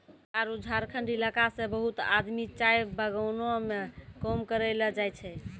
बिहार आरो झारखंड इलाका सॅ बहुत आदमी चाय बगानों मॅ काम करै ल जाय छै